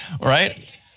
Right